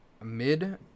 mid